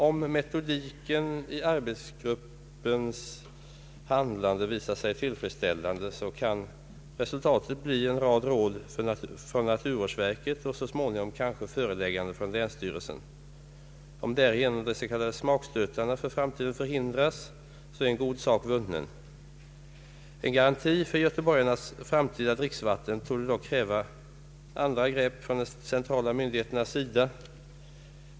Om metodiken i arbetsgruppens handlande visar sig tillfredsställande, kan resultatet bli råd från naturvårdsverket och så småningom kanske föreläggande från länsstyrelsen. Om därigenom de s.k. smakstötarna för framtiden förhindras är en god sak vunnen. En garanti för göteborgarnas framtida dricksvatten torde dock kräva andra grepp från de centrala myndigheternas sida.